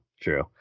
true